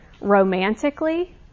romantically